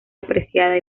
apreciada